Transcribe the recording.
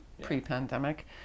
pre-pandemic